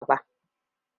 ba